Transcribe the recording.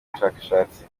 abashakashatsi